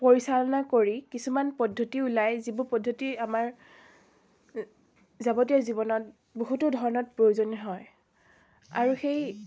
ৰ্পৰিচালনা কৰি কিছুমান পদ্ধতি ওলায় যিবোৰ পদ্ধতি আমাৰ যাৱতীয় জীৱনত বহুতো ধৰণত প্ৰয়োজনী হয় আৰু সেই